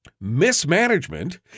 mismanagement